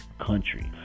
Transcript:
Country